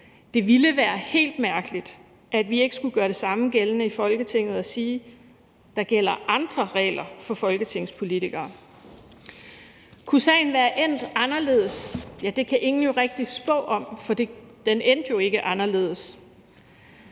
Det ville være helt mærkeligt, at vi ikke skulle gøre det samme gældende i Folketinget og sige, at der gælder andre regler for folketingspolitikere. Kunne sagen være endt anderledes? Ja, det kan ingen jo rigtig spå om, for den endte jo ikke anderledes.